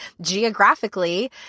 geographically